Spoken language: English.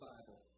Bible